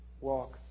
walk